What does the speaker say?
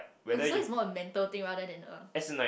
oh so is more a mental thing rather than a